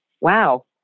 wow